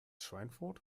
schweinfurt